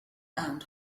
and